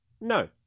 No